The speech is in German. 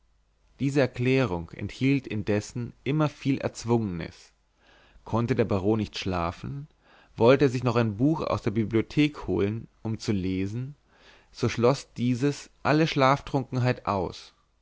diese erklärung enthielt indessen immer viel erzwungenes konnte der baron nicht schlafen wollte er sich noch ein buch aus der bibliothek holen um zu lesen so schloß dieses alle schlaftrunkenheit aus